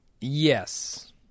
Yes